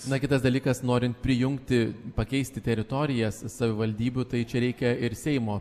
na kitas dalykas norint prijungti pakeisti teritorijas savivaldybių tai čia reikia ir seimo